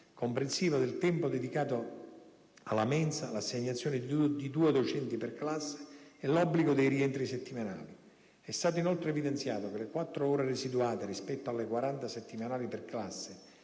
comprensive del tempo dedicato alla mensa, l'assegnazione di due docenti per classe e l'obbligo dei rientri settimanali. È stato inoltre evidenziato che le 4 ore residuate rispetto alle 40 settimanali per classe